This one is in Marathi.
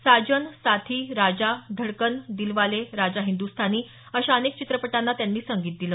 साजन साथी राजा धडकन दिलवाले राजा हिंदुस्थानी अशा अनेक चित्रपटांना त्यांनी संगीत दिलं